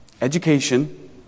education